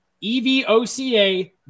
E-V-O-C-A